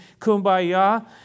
Kumbaya